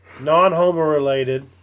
non-homer-related